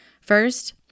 First